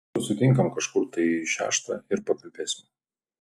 susitinkam kažkur tai šeštą ir pakalbėsim